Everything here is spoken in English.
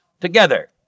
together